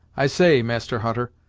i say, master hutter,